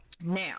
now